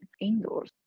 indoors